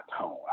tone